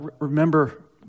remember